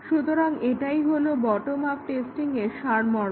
সুতরাং এটাই হলো বটম আপ টেস্টিংয়ের সারমর্ম